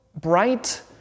bright